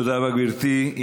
תודה רבה, גברתי.